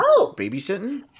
babysitting